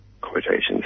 quotations